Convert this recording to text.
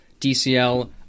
DCL